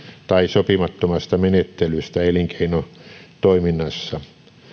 tai sopimattomasta menettelystä elinkeinotoiminnassa